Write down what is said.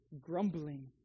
grumbling